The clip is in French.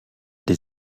des